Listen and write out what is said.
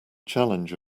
challenge